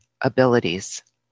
abilities